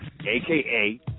aka